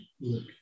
look